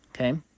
okay